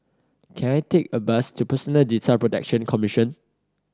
can I take a bus to Personal Data Protection Commission